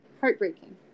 Heartbreaking